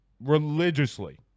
religiously